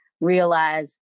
realize